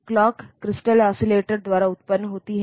clock crystal oscillator द्वारा उत्पन्न होती है